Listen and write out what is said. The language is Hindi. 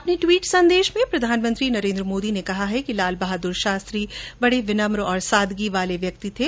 अपने ट्वीट संदेश में प्रधानमंत्री नरेन्द्र मोदी ने कहा है कि लाल बहादुर शास्त्री बड़े विनम्र और सादगी वाले व्यक्ति थे